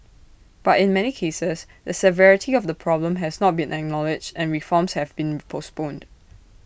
but in many cases the severity of the problem has not been acknowledged and reforms have been postponed